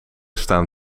staan